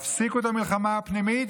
הפסיקו את המלחמה הפנימית,